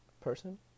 person